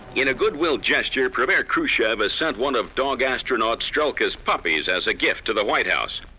in a goodwill gesture, premier khrushchev has sent one of dog astronaut's joker's puppies as a gift to the white house.